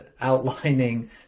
outlining